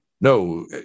No